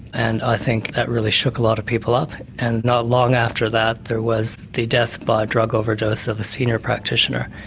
and i think that really shook a lot of people up. and not long after that there was the death by drug overdose of a senior practitioner.